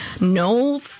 No